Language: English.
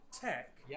tech